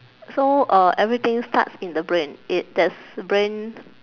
so uh everything starts in the brain it there's brain